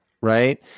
Right